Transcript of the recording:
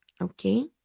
okay